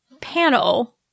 panel